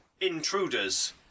Intruders